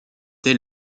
dès